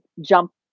jump